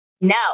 No